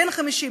בן 50?